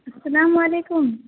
السلام علیکم